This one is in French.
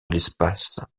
l’espace